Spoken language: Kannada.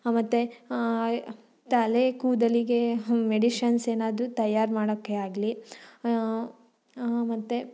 ಮತ್ತು ತಲೆಕೂದಲಿಗೆ ಮೆಡಿಷನ್ಸ್ ಏನಾದರೂ ತಯಾರು ಮಾಡೋಕ್ಕೆ ಆಗಲಿ ಮತ್ತು